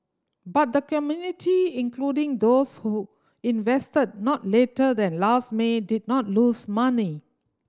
but the community including those who invested not later than last May did not lose money